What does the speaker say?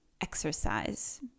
exercise